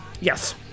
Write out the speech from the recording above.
Yes